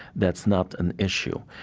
that's not an issue.